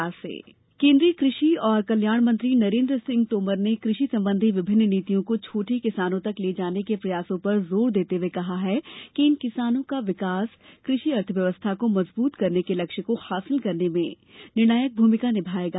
कृषि नीति केन्द्रीय कृषि और कल्याण मंत्री नरेन्द्र सिंह तोमर ने कृषि संबंधी विभिन्न नीतियों को छोटे किसानों तक ले जाने के प्रयासों पर जोर देते हुए कहा है कि इन किसानों का विकास कृषि अर्थव्यवस्था को मजबूत करने के लक्ष्य को हासिल करने में निर्णायक भूमिका निभायेगा